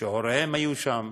שהוריהם היו שם,